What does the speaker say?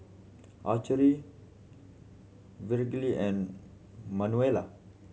Archer Lee Virgle and Manuela